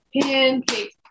pancakes